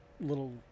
little